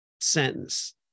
sentence